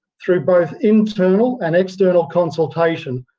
through both internal and external consultation,